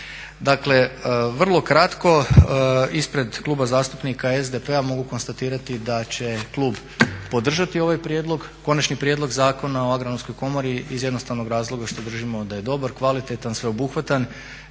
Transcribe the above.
Dakle, vrlo kratko ispred Kluba zastupnika SDP-a mogu konstatirati da će klub podržati ovaj konačni prijedlog Zakona o Agronomskoj komori iz jednostavnog razloga što držimo da je dobar, kvalitetan, sveobuhvatan